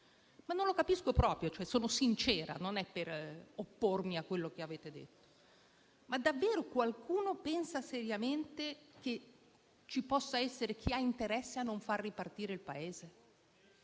non lo capisco proprio: sono sincera, non è per oppormi a quello che avete detto. Ma davvero qualcuno pensa seriamente che ci possa essere chi ha interesse a non far ripartire il Paese?